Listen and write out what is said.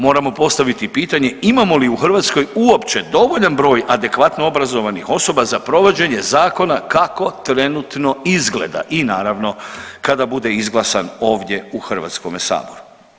Moramo postaviti pitanje imamo li u Hrvatskoj uopće dovoljan broj adekvatno obrazovanih osoba za provođenje zakona kako trenutno izgleda i naravno kada bude izglasana ovdje u Hrvatskome saboru.